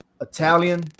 Italian